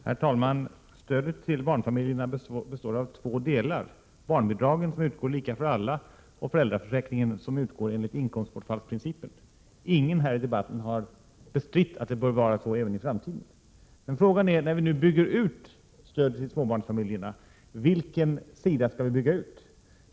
Herr talman! Stödet till barnfamiljerna består av två delar: barnbidragen som utgår lika för alla och föräldraförsäkringen som utgår enligt inkomstbortfallsprincipen. Ingen har i den här debatten bestritt att det bör vara så även i framtiden. Men när vi nu bygger ut stödet till småbarnsfamiljerna är frågan vilken sida vi skall bygga ut.